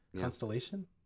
Constellation